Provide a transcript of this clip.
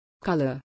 Color